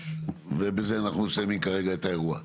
ובזה אנחנו מסיימים כרגע את האירוע.